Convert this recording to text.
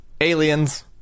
Aliens